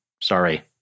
sorry